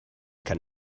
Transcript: kann